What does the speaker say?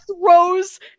throws